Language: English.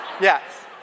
Yes